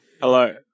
Hello